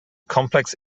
complex